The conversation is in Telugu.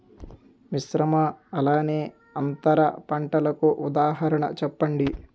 మిశ్రమ అలానే అంతర పంటలకు ఉదాహరణ చెప్పండి?